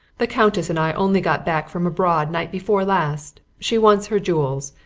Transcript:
the countess and i only got back from abroad night before last. she wants her jewels,